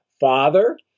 Father